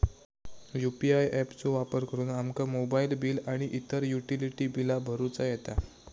UPI app चो वापर करुन आमका मोबाईल बिल आणि इतर युटिलिटी बिला भरुचा येता